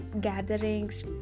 gatherings